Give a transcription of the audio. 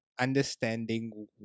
understanding